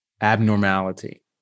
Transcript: abnormality